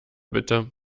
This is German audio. bitte